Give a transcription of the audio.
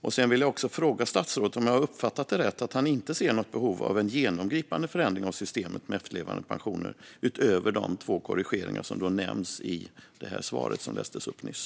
Jag vill också fråga statsrådet om jag har uppfattat detta rätt: Är det så att att han inte ser något behov av en genomgripande förändring av systemet med efterlevandepensioner utöver de två korrigeringar som nämndes i det svar som lämnades nyss?